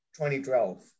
2012